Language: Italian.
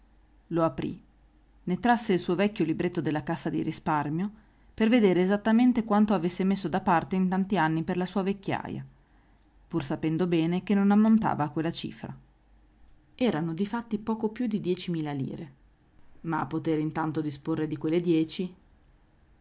lo aprì ne trasse il suo vecchio libretto della cassa di risparmio per vedere esattamente quanto avesse messo da parte in tanti anni per la sua vecchiaja pur sapendo bene che non ammontava a quella cifra erano difatti poco più di dieci mila lire ma a potere intanto disporre di quelle dieci